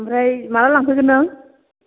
ओमफ्राय माब्ला लांफैगोन नों